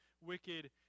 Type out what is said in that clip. wicked